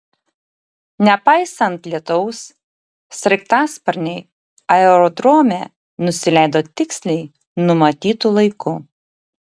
nepaisant lietaus sraigtasparniai aerodrome nusileido tiksliai numatytu laiku